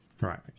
right